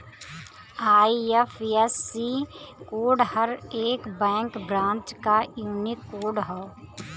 IFSC code हर एक bank branch क यूनिक कोड हौ